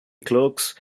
clerks